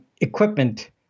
Equipment